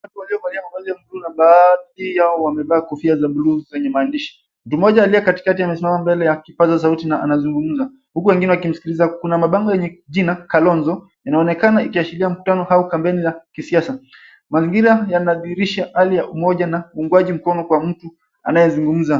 Watu waliovalia mavazi ya buluu na baadhi yao wamevalia kofia za buluu zenye maandishi. Mmoja aliye katikati amesimama mbele ya kipazasauti na anazungumza huku wengine wakimsikiliza. Kuna mabango yenye jina Kalonzo, inaonekana ikiashiria mkutano au kampeni la kisiasa. Mazingira yanadhihirisha hali ya umoja na uungwaji mkono kwa mtu anayezungumza.